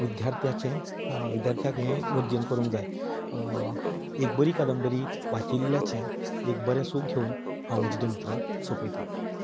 विद्यार्थ्याचें विद्यार्थ्यांक हे गरजेन करूंक जाय एक बरी कादंबरी वाचिल्ल्याचें एक बरें सूख घेवन हांव म्हजी दोन उतरां सोंपयता